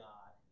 God